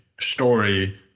story